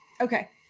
Okay